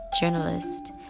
journalist